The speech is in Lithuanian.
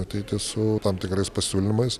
ateiti su tam tikrais pasiūlymais